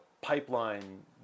pipeline